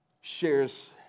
shares